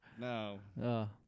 No